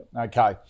Okay